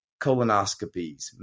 colonoscopies